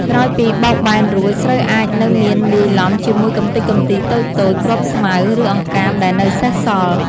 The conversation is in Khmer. ក្រោយពីបោកបែនរួច ស្រូវអាចនៅមានលាយឡំជាមួយកំទេចកំទីតូចៗ គ្រាប់ស្មៅ ឬអង្កាមដែលនៅសេសសល់។